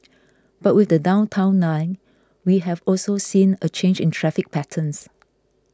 but with the Downtown Line we have also seen a change in traffic patterns